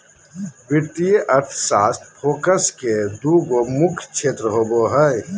वित्तीय अर्थशास्त्र फोकस के दू गो मुख्य क्षेत्र होबो हइ